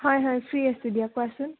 হয় হয় ফ্ৰী আছো দিয়া কোৱাচোন